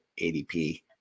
ADP